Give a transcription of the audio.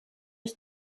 ich